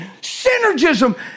synergism